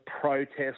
protest